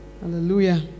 Hallelujah